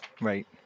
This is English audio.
Right